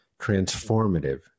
transformative